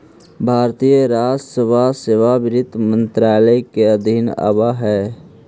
भारतीय राजस्व सेवा वित्त मंत्रालय के अधीन आवऽ हइ